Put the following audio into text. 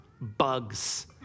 bugs